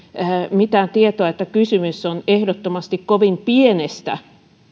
mitään tietoa että kysymys on ehdottomasti kovin pienestä